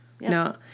No